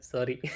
Sorry